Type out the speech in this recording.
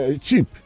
cheap